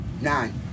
Nine